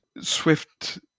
Swift